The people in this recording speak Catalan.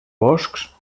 boscs